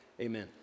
Amen